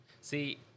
See